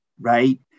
right